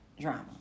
drama